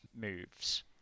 moves